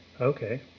Okay